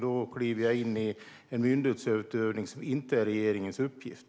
Då kliver jag in i en myndighetsutövning, vilket inte är regeringens uppgift.